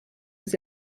was